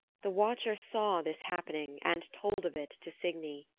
the watcher saw this happening and told of it to signy.